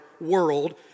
world